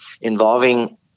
involving